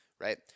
right